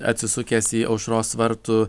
atsisukęs į aušros vartų